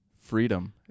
Freedom